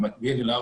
במקביל אליו,